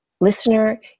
listener